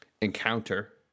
encounter